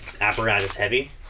apparatus-heavy